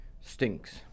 stinks